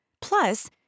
Plus